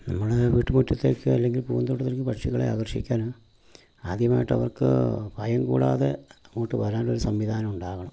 നമ്മുടെ വീട്ടു മുറ്റത്തേക്കല്ലെങ്കിൽ പൂന്തോട്ടത്തിലേക്ക് പക്ഷികളെ ആകർഷിക്കാൻ ആദ്യമായിട്ട് അവർക്ക് ഭയം കൂടാതെ അങ്ങോട്ട് വരാനൊരു സംവിധാനമുണ്ടാകണം